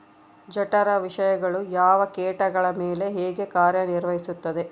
ಜಠರ ವಿಷಯಗಳು ಯಾವ ಕೇಟಗಳ ಮೇಲೆ ಹೇಗೆ ಕಾರ್ಯ ನಿರ್ವಹಿಸುತ್ತದೆ?